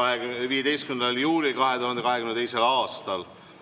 15. juulil 2022. aastal.